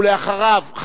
ואחריו,